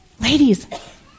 Ladies